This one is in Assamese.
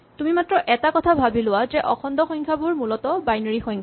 তুমি মাত্ৰ এটা কথা ভাৱি লোৱা যে অখণ্ড সংখ্যাবোৰ মূলতঃ বাইনেৰী সংখ্যা